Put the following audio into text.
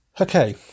Okay